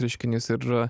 reiškinys ir